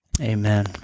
Amen